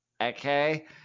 okay